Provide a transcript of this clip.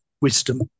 wisdom